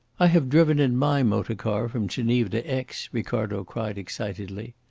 i have driven in my motor-car from geneva to aix, ricardo cried excitedly.